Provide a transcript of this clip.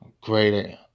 great